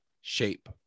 shape